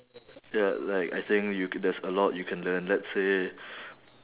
ya like I think you there's a lot you can learn let's say